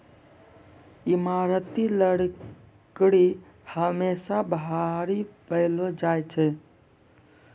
ईमारती लकड़ी हमेसा भारी पैलो जा छै